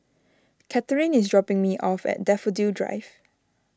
Katherine is dropping me off at Daffodil Drive